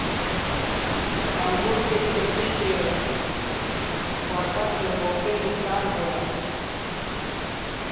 अंगूर के खेती के बरखा से बहुते नुकसान होला